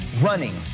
running